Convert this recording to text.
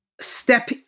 step